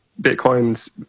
Bitcoin's